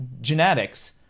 genetics